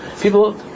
people